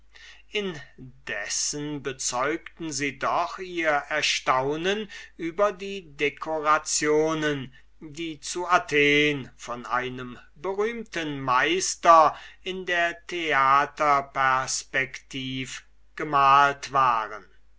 indessen bezeugten sie doch ihr erstaunen über die decorationen die zu athen von einem berühmten meister in der theaterperspectiv gemalt waren